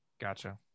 Gotcha